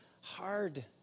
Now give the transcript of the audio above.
Hard